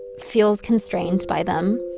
feels constrained by them,